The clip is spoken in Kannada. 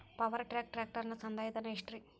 ಪವರ್ ಟ್ರ್ಯಾಕ್ ಟ್ರ್ಯಾಕ್ಟರನ ಸಂದಾಯ ಧನ ಎಷ್ಟ್ ರಿ?